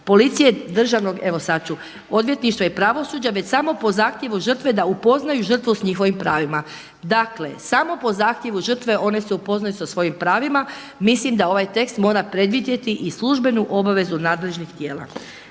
policije, državnog odvjetništva i pravosuđa već samo po zahtjevu žrtve da upoznaju žrtvu s njihovim pravima. Dakle, samo po zahtjevu žrtve one se upoznaju sa svojim pravima. Mislim da ovaj tekst mora predvidjeti i službenu obavezu nadležnih tijela.